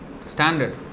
Standard